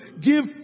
Give